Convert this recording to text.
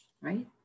right